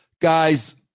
Guys